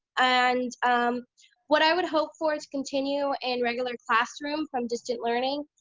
and um what i would hope for to continue in regular classroom from distant learning,